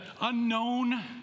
unknown